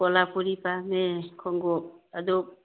ꯀꯣꯂꯥꯄꯨꯔꯤ ꯄꯥꯝꯃꯦ ꯈꯣꯡꯎꯞ ꯑꯗꯨ